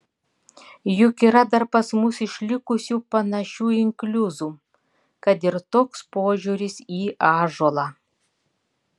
juk yra dar pas mus išlikusių panašių inkliuzų kad ir toks požiūris į ąžuolą